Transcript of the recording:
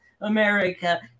America